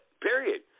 Period